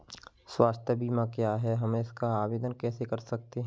स्वास्थ्य बीमा क्या है हम इसका आवेदन कैसे कर सकते हैं?